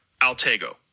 Altego